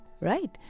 right